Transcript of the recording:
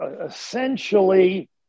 essentially